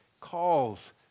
calls